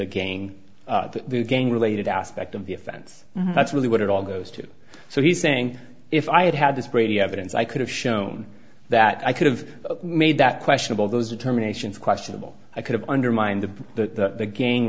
again the gang related aspect of the offense that's really what it all goes to so he's saying if i had had this brady evidence i could have shown that i could've made that questionable those determinations questionable i could have undermined the gang